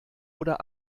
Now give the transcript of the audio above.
oder